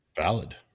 Valid